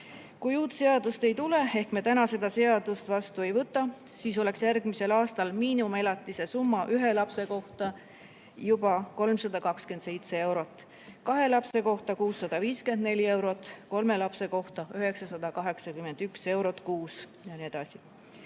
Kui uut seadust ei tule ehk me täna seda seadust vastu ei võta, siis oleks järgmisel aastal miinimumelatise summa ühe lapse kohta juba 327 eurot, kahe lapse kohta 654 eurot, kolme lapse kohta 981 eurot kuus jne. Seda